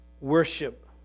worship